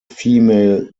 female